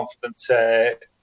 confident